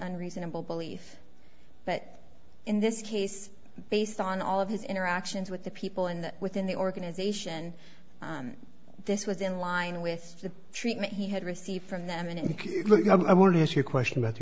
unreasonable belief but in this case based on all of his interactions with the people and within the organisation this was in line with the treatment he had received from them and look i want to ask your question about the